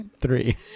three